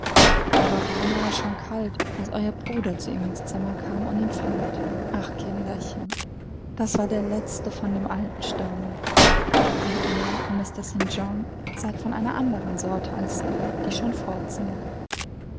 er war beinahe schon kalt als euer bruder zu ihm ins zimmer kam und ihn fand ach kinderchen das war der letzte von dem alten stamm denn ihr und mr st john seid von einer anderen sorte als die die schon fort